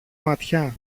ματιά